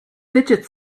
fidget